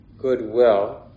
goodwill